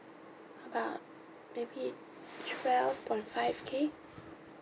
about maybe twelve point five K